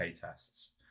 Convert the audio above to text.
tests